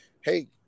hey